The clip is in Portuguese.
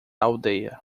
aldeia